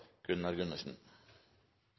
Gunnar Gundersen